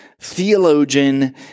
theologian